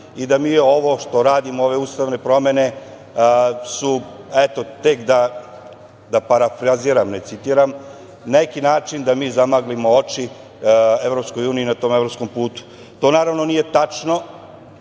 i da mi ovo što radimo, ove ustavne promene su, eto, tek, da parafraziram, ne citiram, neki način da mi zamaglimo oči Evropskoj uniji na tom evropskom putu. To naravno nije tačno.